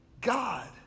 God